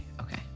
okay